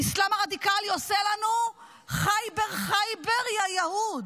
האסלאם הרדיקלי עושה לנו "ח'יבר ח'יבר יא יהוד",